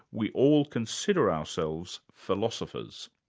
we all consider ourselves philosophers.